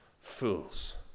fools